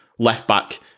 left-back